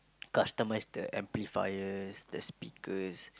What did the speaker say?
customise the amplifiers the speakers